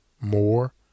more